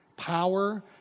Power